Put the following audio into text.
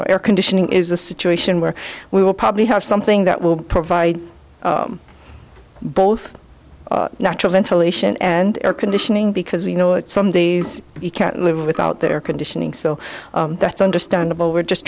know air conditioning is a situation where we will probably have something that will provide both natural ventilation and air conditioning because we know that some days you can't live without their conditioning so that's understandable we're just